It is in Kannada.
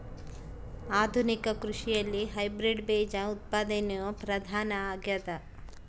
ಆಧುನಿಕ ಕೃಷಿಯಲ್ಲಿ ಹೈಬ್ರಿಡ್ ಬೇಜ ಉತ್ಪಾದನೆಯು ಪ್ರಧಾನ ಆಗ್ಯದ